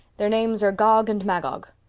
their names are gog and magog.